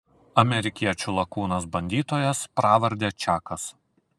amerikiečių lakūnas bandytojas pravarde čakas